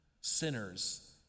sinners